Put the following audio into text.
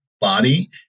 body